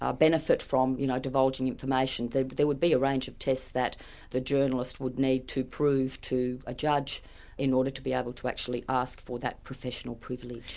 ah benefit from you know divulging information. there but there would be a range of tests that the journalist would need to prove to a judge in order to be able to actually ask for that professional privilege.